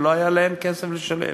ולא היה להם כסף לשלם.